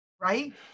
Right